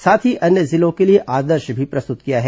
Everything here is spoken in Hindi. साथ ही अन्य जिलों के लिए आदर्श भी प्रस्तुत किया है